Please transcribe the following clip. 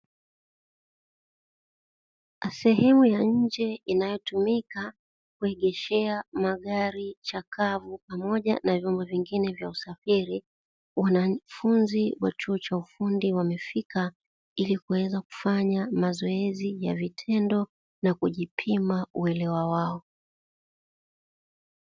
Sehemu ya nje inayotumika kuegeshea magari chakavu pamoja na vyombo vingine vya usafiri, wanafunzi wa chuo cha ufundi wamefika ili kuweza kufanya mazoezi kwa vitendo na kujipima uelewa wao.